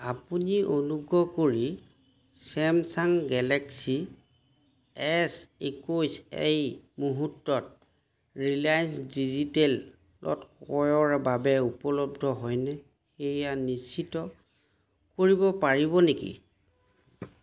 আপুনি অনুগ্ৰহ কৰি ছেমছাং গেলেক্সী এছ একৈছ এই মুহূৰ্তত ৰিলায়েন্স ডিজিটেলত ক্ৰয়ৰ বাবে উপলব্ধ হয়নে সেয়া নিশ্চিত কৰিব পাৰিব নেকি